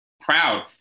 proud